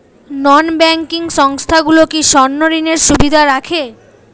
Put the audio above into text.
নন banking সংস্থাগুলো কি স্বর্ণঋণের সুবিধা রাখে?